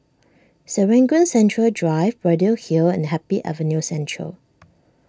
Serangoon Central Drive Braddell Hill and Happy Avenue Central